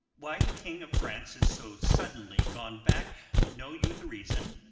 why the king of france is so suddenly gone back know you the reason?